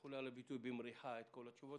סלחו לי על הביטוי, במריחה את כל התשובות.